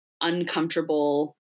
uncomfortable